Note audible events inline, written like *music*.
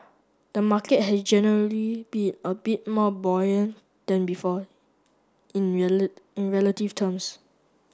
the market has generally been a bit more buoyant than before in *unintelligible* in relative terms